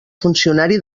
funcionari